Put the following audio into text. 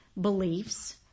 beliefs